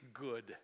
good